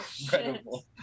Incredible